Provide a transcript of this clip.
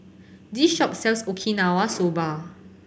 this shop sells Okinawa Soba